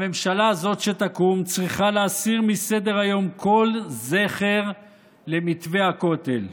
הממשלה הזאת שתקום צריכה להסיר מסדר-היום כל זכר למתווה הכותל.